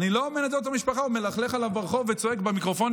אני לא מנדה אותו מהמשפחה ומלכלך עליו ברחוב וצועק במיקרופונים